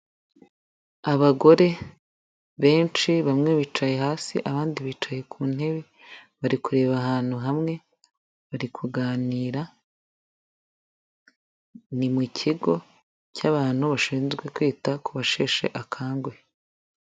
Abagore benshi bamwe bicaye hasi abandi bicaye ku ntebe, bari kureba ahantu hamwe bari kuganira, ni mu kigo cy'abantu bashinzwe kwita ku basheshe akanguhe.